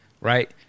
right